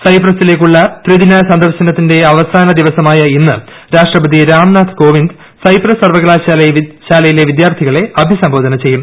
സൈപ്രസിലേക്കുള്ള ത്രിദിന സന്ദർശനത്തിന്റെ അവസാനദിവസമായ ഇന്ന് രാഷ്ട്രപതി രാംനാഥ് കോവിന്ദ് സൈപ്രസ് സർവ്വകലാശാലയിലെ വിദ്യാർത്ഥികളെ അഭിസംബോധന ചെയ്യും